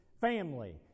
family